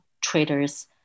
traders